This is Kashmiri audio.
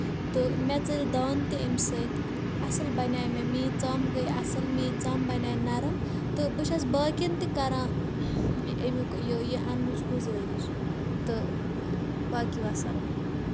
تہٕ مےٚ ژٔلۍ دانہٕ تہِ اَمہِ سۭتۍ اَصٕل بَنے مےٚ میٲنۍ ژَم گٔیٚے اَصٕل میٲنۍ ژَم بَنے نَرٕم تہٕ بہٕ چھَس باقٮن تہِ کران اَمیُک یہِ یہِ اَننٕچ گُزٲرِش تہٕ باقٕے وَسلام